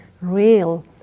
real